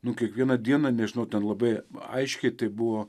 nu kiekvieną dieną nežinau ten labai aiškiai tai buvo